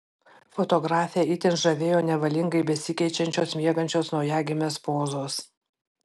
fotografę itin žavėjo nevalingai besikeičiančios miegančios naujagimės pozos